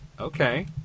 okay